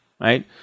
right